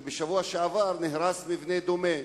ובשבוע שעבר נהרס מבנה דומה.